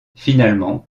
finalement